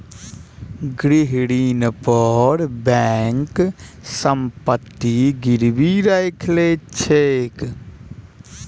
गृह ऋण पर बैंक संपत्ति गिरवी राइख लैत अछि